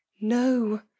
no